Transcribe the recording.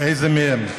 איזה מהם?